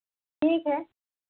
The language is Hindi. ठीक है